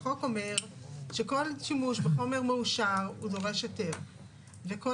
החוק אומר שכל שימוש בחומר מאושר דורש היתר וכל